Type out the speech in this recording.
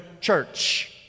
church